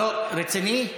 רציני?